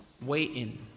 waiting